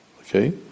okay